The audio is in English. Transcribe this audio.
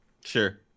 Sure